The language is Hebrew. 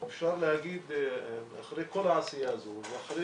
ואפשר להגיד אחרי כל העשייה הזו ואחרי